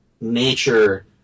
nature